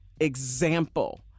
example